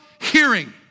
Hearing